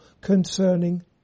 concerning